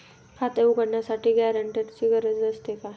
खाते उघडण्यासाठी गॅरेंटरची गरज असते का?